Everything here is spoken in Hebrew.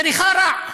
מריחה רע.